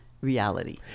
reality